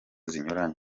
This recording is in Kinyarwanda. zinyuranye